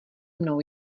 mnou